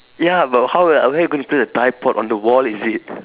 ya but how like where are you going to place the tripod on the wall is it